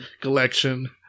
collection